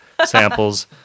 samples